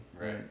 Right